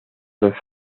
los